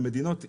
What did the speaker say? למדינות אי,